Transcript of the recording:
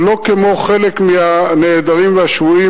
שלא כמו חלק מהנעדרים והשבויים,